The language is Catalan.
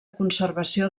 conservació